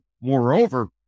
Moreover